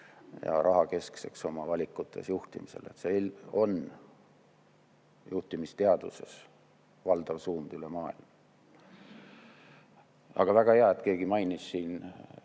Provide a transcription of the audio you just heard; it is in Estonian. ja rahakeskseks oma valikutes juhtimisel. See on juhtimisteadvuses valdav suund üle maailma. Aga väga hea, et keegi mainis siin,